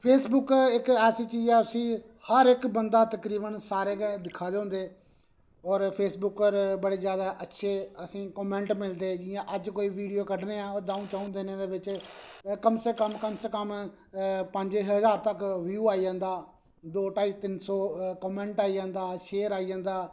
Facebook इक ऐसी चीज ऐ जिसी हर इक बंदा तकरीबन सारे गै दिक्खै दे होंदे और फेसबुक पर बडे़ जैदा अच्छे कामेंट मिलदे जि'यां अज्ज कोई विडियो कढने आं ओह् द'ऊं च'ऊं दिनें दे बिच कम से कम कम से कम पंज ज्हार तक ब्यू आई जंदा दो ढाई तिन सो कामेंट आई जंदा शेयर आई जंदा